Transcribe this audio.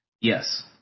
yes